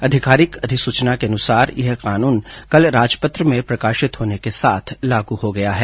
आधिकारिक अधिसूचना के अनुसार यह कानून कल राजपत्र में प्रकाशित होने के साथ लागू हो गया है